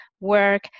work